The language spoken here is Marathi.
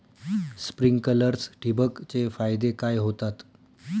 स्प्रिंकलर्स ठिबक चे फायदे काय होतात?